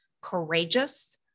courageous